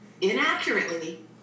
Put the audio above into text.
inaccurately